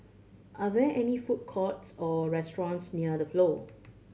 are there any food courts or restaurants near The Flow